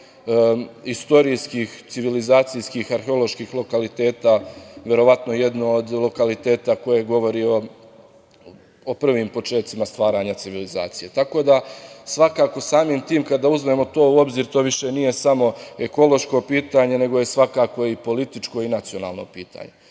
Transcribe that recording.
istorijskih, civilizacijskih arheoloških lokaliteta, verovatno jedan od lokaliteta koji govori o prvim počecima stvaranja civilizacije. Tako da, svakako samim tim, kada uzmemo to u obzir, to više nije samo ekološko pitanje, nego je svakako i političko i nacionalno pitanje. Kao